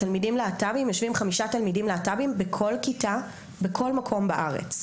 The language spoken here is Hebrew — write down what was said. יושבים חמישה תלמידים להט"בים בכל כיתה בכל מקום בארץ,